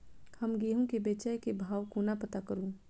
हम गेंहूँ केँ बेचै केँ भाव कोना पत्ता करू?